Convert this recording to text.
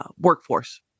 workforce